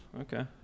Okay